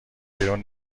بیرون